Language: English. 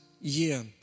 year